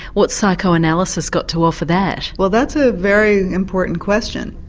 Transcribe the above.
what's psychoanalysis got to offer that? well that's a very important question.